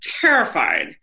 terrified